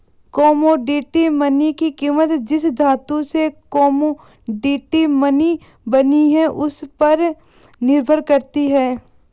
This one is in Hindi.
कोमोडिटी मनी की कीमत जिस धातु से कोमोडिटी मनी बनी है उस पर निर्भर करती है